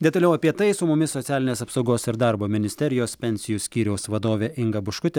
detaliau apie tai su mumis socialinės apsaugos ir darbo ministerijos pensijų skyriaus vadovė inga buškutė